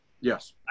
Yes